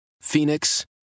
Phoenix